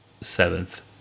seventh